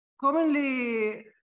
commonly